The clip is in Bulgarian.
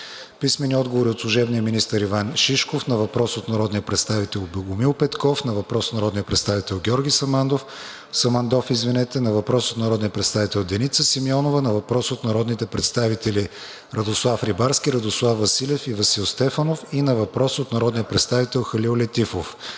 Христо Терзийски; – служебния министър Иван Шишков на въпрос от народния представител Богомил Петков; на въпрос от народния представител Георги Самандов; на въпрос от народния представител Деница Симеонова; на въпрос от народните представители Радослав Рибарски, Радослав Василев и Васил Стефанов; на въпрос от народния представител Халил Летифов;